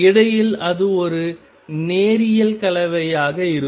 இடையில் அது ஒரு நேரியல் கலவையாக இருக்கும்